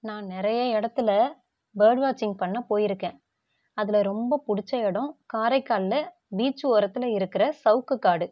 நான் நிறைய இடத்துல பேர்டு வாச்சிங் பண்ண போயிருக்கேன் அதில் ரொம்ப பிடிச்ச இடோம் காரைக்காலில் பீச்சு ஓரத்தில் இருக்கிற சவுக்கு காடு